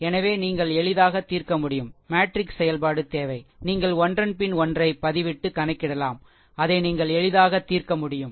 எனவே நீங்கள் எளிதாக தீர்க்க முடியும் மேட்ரிக்ஸ் செயல்பாடு தேவை நீங்கள் ஒன்றன் பின் ஒன்றை பதிவிட்டு கணக்கிடலாம் அதை நீங்கள் எளிதாக தீர்க்க முடியும்